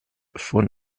von